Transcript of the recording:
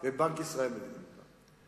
ובנק ישראל מבין אותה.